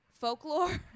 folklore